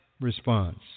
response